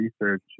research